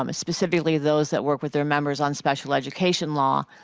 um specifically those that work with their members on special education law,